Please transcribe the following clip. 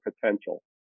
potential